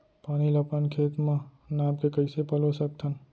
पानी ला अपन खेत म नाप के कइसे पलोय सकथन?